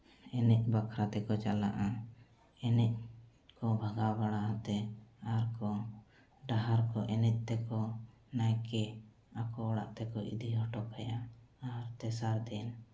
ᱮᱱᱮᱡ ᱵᱟᱠᱷᱨᱟ ᱛᱮᱠᱚ ᱪᱟᱞᱟᱜᱼᱟ ᱮᱱᱮᱡ ᱠᱚ ᱵᱷᱟᱜᱟᱣ ᱵᱟᱲᱟ ᱠᱟᱛᱮ ᱟᱨ ᱠᱚ ᱰᱟᱦᱟᱨ ᱠᱚ ᱮᱱᱮᱡ ᱛᱮᱠᱚ ᱱᱟᱭᱠᱮ ᱟᱠᱚ ᱚᱲᱟᱜ ᱛᱮᱠᱚ ᱤᱫᱤ ᱦᱚᱭᱚ ᱠᱟᱭᱟ ᱟᱨ ᱛᱮᱥᱟᱨ ᱫᱤᱱ